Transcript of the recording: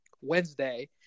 Wednesday